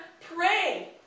pray